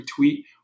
retweet